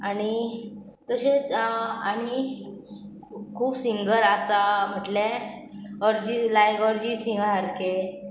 आनी तशेंच आनी खूब सिंगर आसा म्हटलें अरजीत लायक अरजीत सिंगा सारके